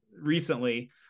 recently